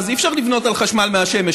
אז אי-אפשר לבנות על חשמל מהשמש,